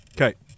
Okay